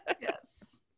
Yes